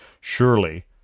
Surely